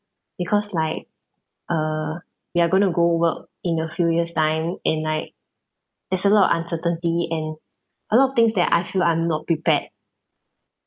because like uh we are going to go work in a few years time and like there's a lot of uncertainty and a lot of things that I feel I'm not prepared